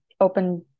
open